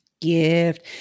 Gift